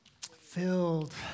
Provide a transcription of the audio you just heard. Filled